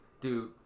Dude